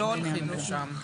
אבל אנחנו לא הולכים לשם.